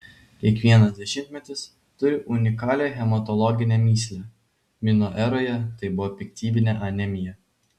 kiekvienas dešimtmetis turi unikalią hematologinę mįslę mino eroje tai buvo piktybinė anemija